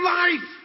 life